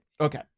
okay